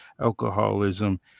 alcoholism